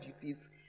duties